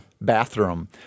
bathroom